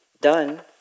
done